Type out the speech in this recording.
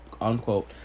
unquote